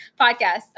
podcast